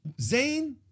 Zayn